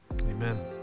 Amen